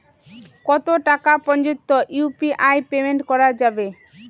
কত টাকা পর্যন্ত ইউ.পি.আই পেমেন্ট করা যায়?